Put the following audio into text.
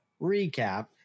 recap